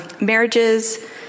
marriages